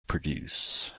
produce